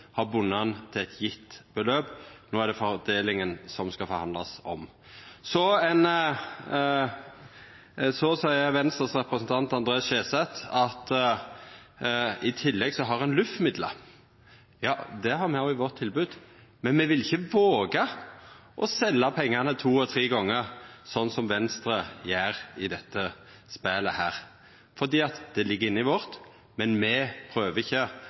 har bunde han til eit gitt beløp. No er det fordelinga det skal forhandlast om. Så seier Venstres representant André N. Skjelstad at i tillegg har ein LUF-midlar. Ja, det har me òg i vårt tilbod, men me ville ikkje våga å selja pengane to og tre gonger, sånn som Venstre gjer i dette spelet. Det ligg inne i vårt tilbod, men me prøver ikkje